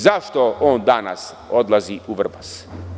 Zašto on danas odlazi u Vrbas?